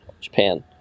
Japan